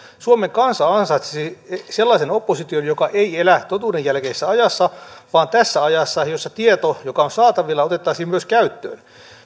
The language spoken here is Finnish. suomen kansa ansaitsisi sellaisen opposition joka ei elä totuuden jälkeisessä ajassa vaan tässä ajassa jossa tieto joka on saatavilla otettaisiin myös käyttöön